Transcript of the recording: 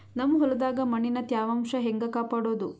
ನಮ್ ಹೊಲದಾಗ ಮಣ್ಣಿನ ತ್ಯಾವಾಂಶ ಹೆಂಗ ಕಾಪಾಡೋದು?